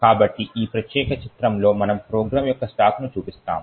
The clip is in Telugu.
కాబట్టి ఈ ప్రత్యేక చిత్రంలో మనము ప్రోగ్రామ్ యొక్క స్టాక్ను చూపిస్తాము